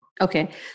Okay